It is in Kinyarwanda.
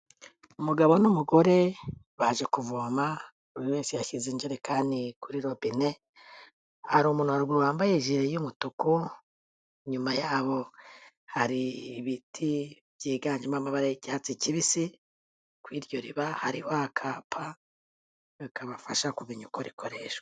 Umugabo n'umugore baje kuvoma, buri wese yashyize injerekani kuri robine, hari umuntu wambaye jire y'umutuku, inyuma yabo hari ibiti byiganjemo amabara y'icyatsi kibisi, ku iryo riba hariho akapa kabafasha kumenya uko rikoreshwa.